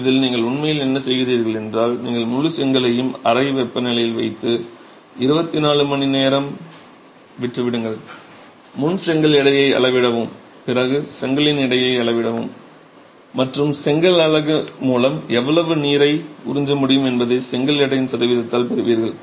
இதில் நீங்கள் உண்மையில் என்ன செய்கிறீர்கள் என்றால் நீங்கள் முழு செங்கலையும் அறை வெப்பநிலையில் வைத்து 24 மணி நேரம் விட்டு விடுங்கள் முன் செங்கல் எடையை அளவிடவும் பிறகு செங்கலின் எடையை அளவிடவும் மற்றும் செங்கல் அலகு மூலம் எவ்வளவு நீரை உறிஞ்ச முடியும் என்பதை செங்கல் எடையின் சதவீதத்தால் பெறுவீர்கள்